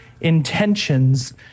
intentions